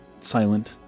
Silent